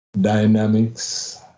Dynamics